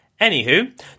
Anywho